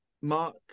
Mark